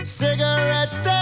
cigarettes